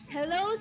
Hello